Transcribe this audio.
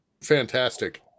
fantastic